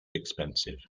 expensive